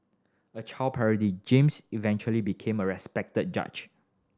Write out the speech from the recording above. a child James eventually became a respected judge